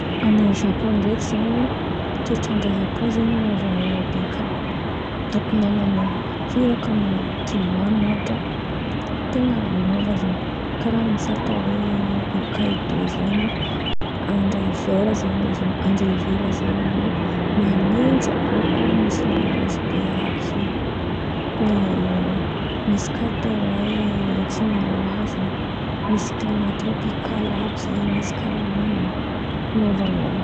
Nen'ny japon ndraiky zen̈y toetr'andra a-japon zen̈y miôvaôva be kà. Atinana firaka amin'ny dimy ohatra ten̈a ny miôva zen̈y. Kàraha misy atao hoe ôkaidô zen̈y andra hivera zen̈y izy io, andra hivera zen̈y io man̈intsy abôkô misy lanezy be àby zen̈y. Misy kà atao hoe ôkinaoa zen̈y, misy klimà trôpikaly àby zen̈y, misy kàranin̈y.